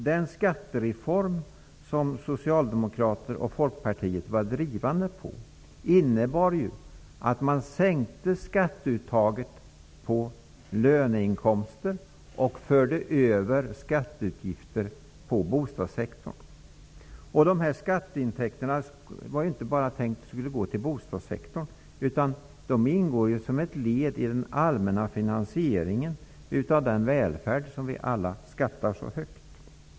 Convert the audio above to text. Den skattereform som socialdemokrater och Folkpartiet drev, innebar att man sänkte skatteuttaget på löneinkomster och förde över skatteutgifter på bostadssektorn. Det var inte tänkt att de här skatteintäkterna bara skulle gå till bostadssektorn. De ingår som ett led i den allmänna finansieringen av den välfärd som vi alla skattar så högt.